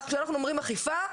כשאנחנו אומרים אכיפה,